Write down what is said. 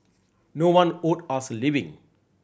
no one owed us a living